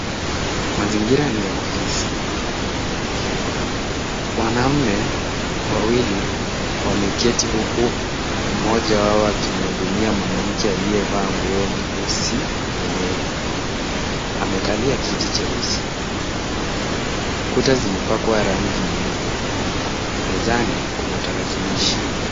Mazingira ni ya ofisi. Wanaume wawili wameketi huku mmoja wao akimhudumia mwanamke aliyevaa nguo nyeusi na nyeupe. Amekalia kiti cheusi ,kuta zimepakwa rangi nyeupe. Mezani kuna tarakilishi.